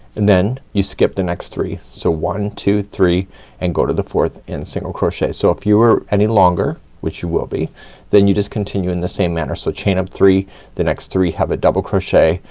and then you skip the next three. so one, two, three and go to the fourth and single crochet. so if you are any longer, which you will be then you just continue in the same manner. so chain up three the next three have a double crochet,